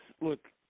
look